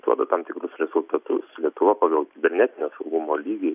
duoda tam tikrus rezultatus lietuva pagal kibernetinio saugumo lygį